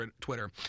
Twitter